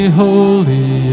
holy